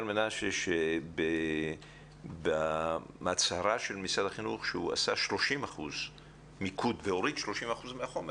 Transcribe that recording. מנשה אומר שההצהרה של משרד החינוך הייתה שהוא הוריד במיקוד 30% מהחומר,